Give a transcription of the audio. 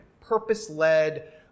purpose-led